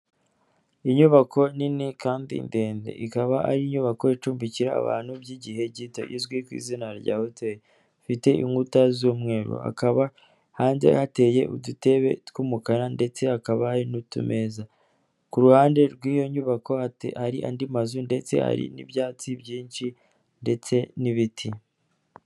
Inyubako nini kandi ndende, ikaba ari inyubako icumbikira abantu by'igihe gito, izwi ku izina rya hoteri. Ifite inkuta z'umweru. Hakaba hanze hateye udutebe tw'umukara ndetse hakaba hari n'utumeza. Ku ruhande rw'iyo nyubako hari andi mazu ndetse hari n'ibyatsi byinshi ndetse n'ibiti.